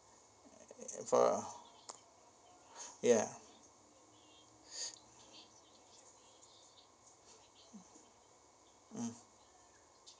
uh for ya mm